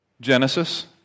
Genesis